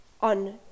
on